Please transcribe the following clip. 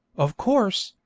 of course,